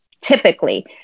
typically